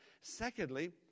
Secondly